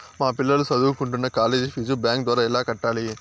మా పిల్లలు సదువుకుంటున్న కాలేజీ ఫీజు బ్యాంకు ద్వారా ఎలా కట్టాలి?